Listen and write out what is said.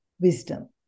wisdom